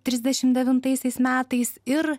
trisdešim devintaisiais metais ir